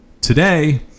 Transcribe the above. Today